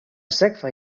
sekva